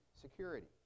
security